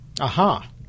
Aha